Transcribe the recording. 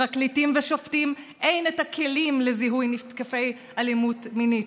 לפרקליטים ולשופטים אין את הכלים לזיהוי מותקפי אלימות מינית.